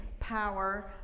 power